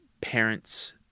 parents